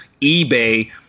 eBay